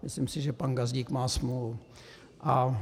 Myslím si, že pan Gazdík má smůlu.